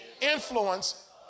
influence